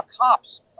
cops